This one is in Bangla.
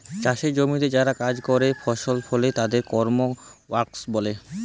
চাসের জমিতে যারা কাজ করেক ফসল ফলে তাদের ফার্ম ওয়ার্কার ব্যলে